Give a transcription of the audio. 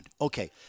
Okay